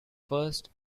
first